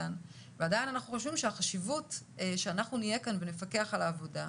ועדיין אנחנו חושבים שהחשיבות שאנחנו נהיה כאן ונפקח על העבודה,